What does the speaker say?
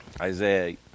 Isaiah